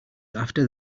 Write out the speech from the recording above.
after